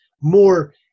more